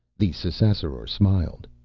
the ssassaror smiled.